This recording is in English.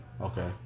Okay